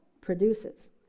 produces